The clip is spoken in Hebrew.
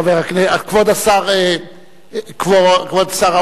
כבוד שר האוצר,